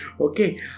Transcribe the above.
Okay